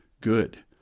good